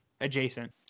adjacent